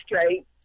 straight